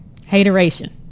Hateration